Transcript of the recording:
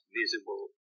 visible